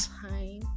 time